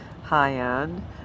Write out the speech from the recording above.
high-end